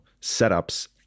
setups